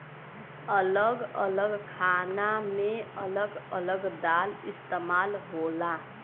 अलग अलग खाना मे अलग अलग दाल इस्तेमाल होला